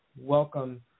welcome